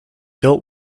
built